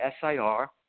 SIR